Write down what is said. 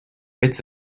bits